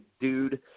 dude